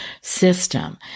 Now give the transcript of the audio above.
system